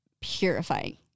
purifying